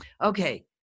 Okay